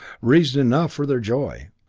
reason enough for their joy.